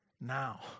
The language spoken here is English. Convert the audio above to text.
now